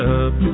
up